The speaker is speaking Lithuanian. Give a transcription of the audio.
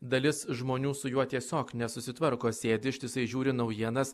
dalis žmonių su juo tiesiog nesusitvarko sėdi ištisai žiūri naujienas